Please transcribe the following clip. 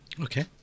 Okay